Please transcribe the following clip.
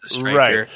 Right